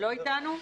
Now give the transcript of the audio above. לא איתנו.